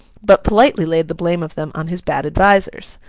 but politely laid the blame of them on his bad advisers.